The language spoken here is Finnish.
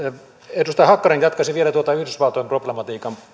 edustaja hakkarainen jatkaisin vielä tuota yhdysvaltojen problematiikan